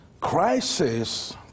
Crisis